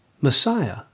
Messiah